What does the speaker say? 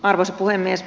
arvoisa puhemies